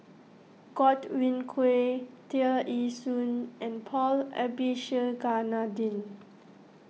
Godwin Koay Tear Ee Soon and Paul Abisheganaden